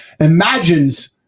imagines